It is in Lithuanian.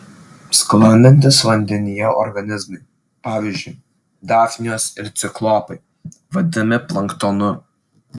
sklandantys vandenyje organizmai pavyzdžiui dafnijos ir ciklopai vadinami planktonu